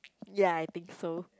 ya I think so